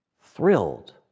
Thrilled